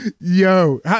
Yo